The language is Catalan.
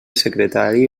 secretari